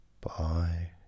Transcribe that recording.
Bye